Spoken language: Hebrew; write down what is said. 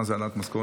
מה זה, העלאת משכורת